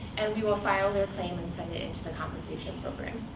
and we will file their claim and send it in to the compensation program.